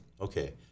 Okay